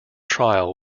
trial